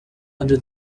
under